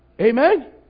Amen